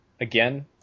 Again